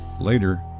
Later